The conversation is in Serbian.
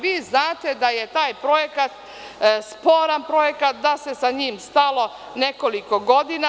Vi znate da je taj projekat sporan projekat, da se sa njim stalo nekoliko godina.